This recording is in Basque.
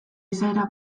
izaera